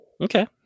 Okay